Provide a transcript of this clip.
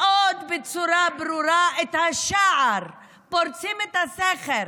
בצורה מאוד ברורה, את השער, פורצים את הסכר